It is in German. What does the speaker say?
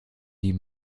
die